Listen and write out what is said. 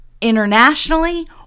internationally